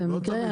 זה מקרה חריג.